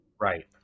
Right